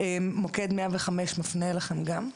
מוקד 105 מפנה אליכם גם?